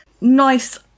Nice